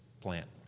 plant